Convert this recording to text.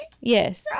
Yes